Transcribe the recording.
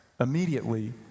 Immediately